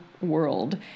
world